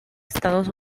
estados